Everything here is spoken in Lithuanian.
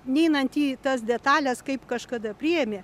neinant į tas detalės kaip kažkada priėmė